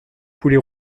poulet